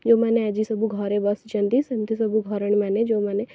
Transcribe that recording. ଯେଉଁମାନେ ଆଜି ସବୁ ଘରେ ବସିଛନ୍ତି ସେମିତି ସବୁ ଘରଣୀମାନେ ଯେଉଁମାନେ